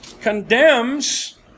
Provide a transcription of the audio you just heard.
condemns